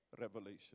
revelation